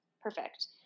Perfect